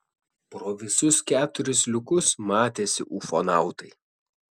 pro visus keturis liukus matėsi ufonautai